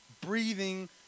breathing